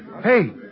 Hey